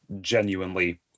genuinely